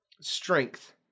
strength